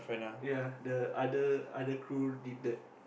ya the other other crew did that